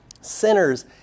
sinners